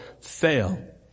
fail